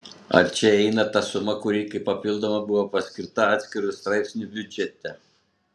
ar čia įeina ta suma kuri kaip papildoma buvo paskirta atskiru straipsniu biudžete